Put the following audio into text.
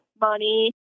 money